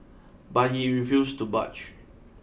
but he refused to budge